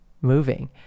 moving